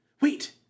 Wait